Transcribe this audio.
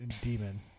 demon